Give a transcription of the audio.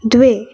द्वे